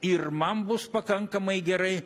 ir man bus pakankamai gerai